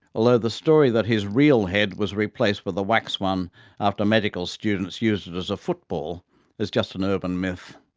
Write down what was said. although the story that his real head was replaced with a wax one after medical students used it as a football is just an urban myth.